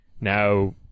now